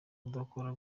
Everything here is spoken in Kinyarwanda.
udukoko